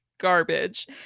Garbage